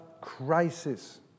crisis